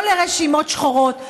לא לרשימות שחורות,